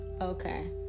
Okay